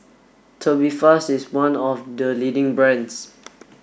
Tubifast is one of the leading brands